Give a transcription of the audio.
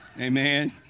Amen